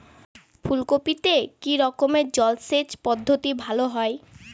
ফুলকপিতে কি রকমের জলসেচ পদ্ধতি ভালো হয়?